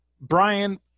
Brian